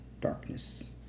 darkness